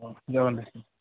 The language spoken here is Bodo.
औ जागोन दे